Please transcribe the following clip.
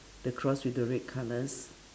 the cross with the red colours